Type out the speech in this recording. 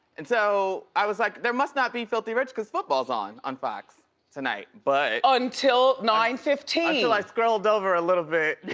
and so i was like there must not be filthy rich cause football's on, on fox tonight, but. until nine fifteen. until i scrolled over a little bit.